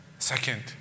Second